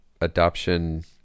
adoption